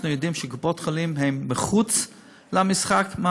אנחנו יודעים שקופות-החולים הן מחוץ למשחק.